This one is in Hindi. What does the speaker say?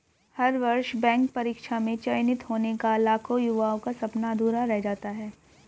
हर वर्ष बैंक परीक्षा में चयनित होने का लाखों युवाओं का सपना अधूरा रह जाता है